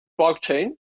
blockchain